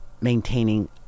maintaining